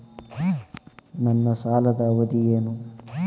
ನನ್ನ ಸಾಲದ ಅವಧಿ ಏನು?